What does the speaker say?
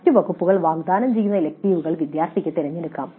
മറ്റ് വകുപ്പുകൾ വാഗ്ദാനം ചെയ്യുന്ന ഇലക്ടീവുകൾ വിദ്യാർത്ഥികൾക്ക് തിരഞ്ഞെടുക്കാം